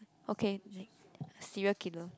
okay next serial killer